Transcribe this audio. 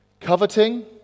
Coveting